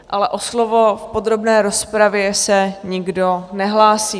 Ale o slovo v podrobné rozpravě se nikdo nehlásí.